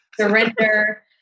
surrender